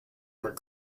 where